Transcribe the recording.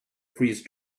freeze